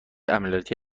عملیاتی